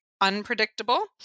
unpredictable